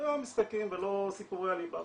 לא משחקים ולא סיפורים עלי באבא.